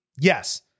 Yes